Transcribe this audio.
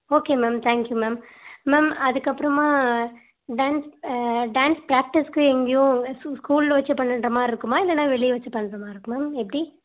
okay ma'am thank you ma'am ma'am அதுக்கப்புறமா dance dance ப்ராக்டீஸுக்கு எங்கேயும் ஸு ஸ் ஸ்கூலில் வச்சு பண்ணுகிற இருக்குமா இல்லைன்னா வெளியே வெச்சு பண்ணுற மாதிரி இருக்குமா மேம் எப்படி